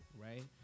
right